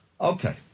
Okay